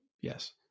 Yes